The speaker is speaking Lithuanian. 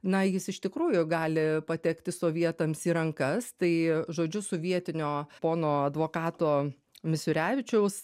na jis iš tikrųjų gali patekti sovietams į rankas tai žodžiu sovietinio pono advokato misiurevičiaus